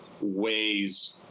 ways